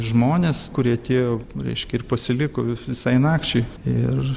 žmonės kurie atėjo reiškia ir pasiliko visai nakčiai ir